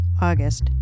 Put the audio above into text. August